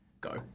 Go